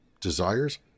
desires